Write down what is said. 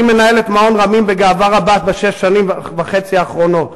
אני מנהל את מעון 'רמים' בגאווה רבה בשש וחצי השנים האחרונות.